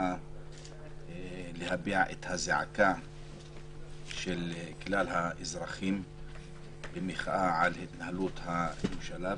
שבאה להביע את הזעקה של כלל האזרחים במחאה על התנהלות הממשלה.